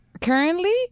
Currently